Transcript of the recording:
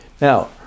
Now